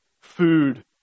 food